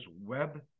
web